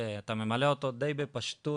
שאתה ממלא אותו די בפשטות,